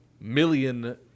million